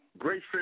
Great